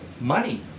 money